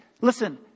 Listen